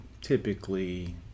typically